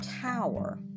tower